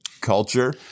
culture